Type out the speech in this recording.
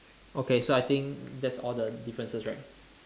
okay so I think that's all the differences right